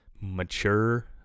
mature